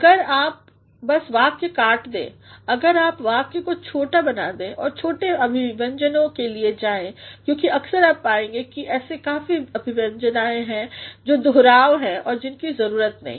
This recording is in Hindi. अगर आप बस वाक्य काट दें अगर आप वाक्य को छोटा बना दें और छोटे अभिव्यंजनों के लिए जाएं क्योंकि अक्सर आप पाएंगे कि ऐसे काफी अभिव्यंजनाएँ हैं दुहराव है और जिनकी जरूरत नहीं